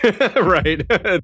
right